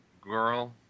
girl